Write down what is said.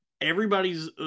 Everybody's